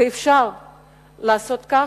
ואפשר לעשות כך,